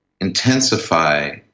intensify